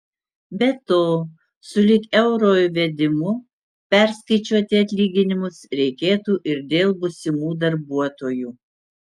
be to sulig euro įvedimu perskaičiuoti atlyginimus reikėtų ir dėl būsimų darbuotojų